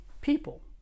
people